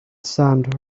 sand